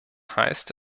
heißt